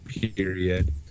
period